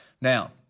Now